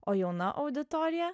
o jauna auditorija